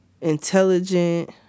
intelligent